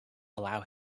allow